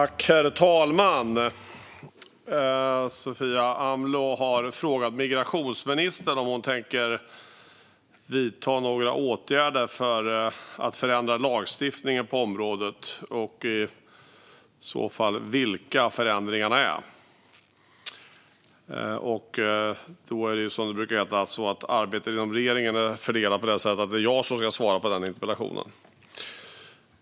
Herr talman! Sofia Amloh har frågat migrationsministern om hon tänker vidta några åtgärder för att förändra lagstiftningen på området och i så fall vilka förändringarna är. Arbetet inom regeringen är så fördelat att det är jag som ska svara på interpellationen.